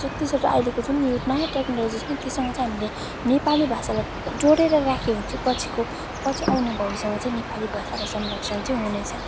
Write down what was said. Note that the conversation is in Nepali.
जति अहिलेको यो नयाँ टेक्नोलजी छ नि त्योसँग चाहिँ हामीले नेपाली भाषालाई जोडेर राख्यो भने चाहिँ पछिको पछि आउने भविष्यमा चाहिँ नेपाली भाषाको संरक्षण चाहिँ हुने छ